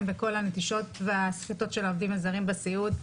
בכל הנטישות והסחיטות של העובדים הזרים בסיעוד.